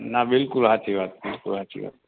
ના બિલકુલ સાચી વાત બિલકુલ સાચી વાત